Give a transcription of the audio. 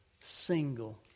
single